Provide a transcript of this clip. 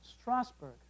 Strasbourg